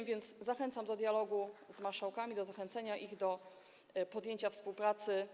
A więc zachęcam do dialogu z marszałkami, do zachęcenia ich do podjęcia współpracy.